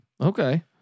Okay